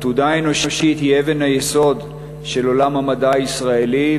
העתודה האנושית היא אבן היסוד של עולם המדע הישראלי,